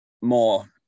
more